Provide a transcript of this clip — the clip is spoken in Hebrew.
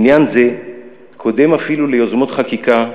עניין זה קודם אפילו ליוזמות חקיקה,